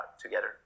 together